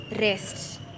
rest